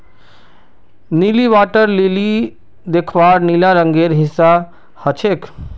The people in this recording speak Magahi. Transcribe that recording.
नीली वाटर लिली दख्वार नीला रंगेर हिस्सा ह छेक